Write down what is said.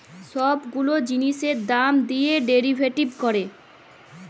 ছব গুলা জিলিসের দাম দিঁয়ে ডেরিভেটিভ ক্যরে